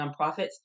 nonprofits